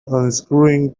unscrewing